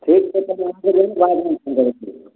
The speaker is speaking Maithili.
ठीक छै